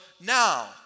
now